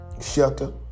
Shelter